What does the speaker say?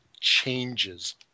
changes